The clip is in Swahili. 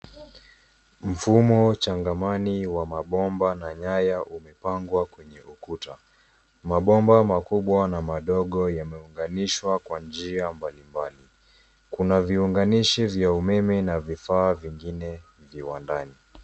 Mfumo changamani wa mabomba na nyaya umepangwa kwenye ukuta. Mabomba makubwa na madogo yameunganishwa kwa njia mbalimbali. Kuna viunganishi vya umeme na vifaa vingine viwandani.